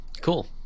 Cool